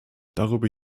darüber